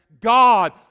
God